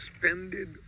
suspended